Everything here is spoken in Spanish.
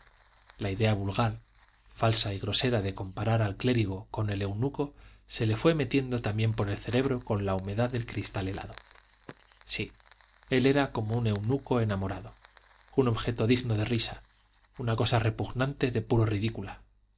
la idea vulgar falsa y grosera de comparar al clérigo con el eunuco se le fue metiendo también por el cerebro con la humedad del cristal helado sí él era como un eunuco enamorado un objeto digno de risa una cosa repugnante de puro ridícula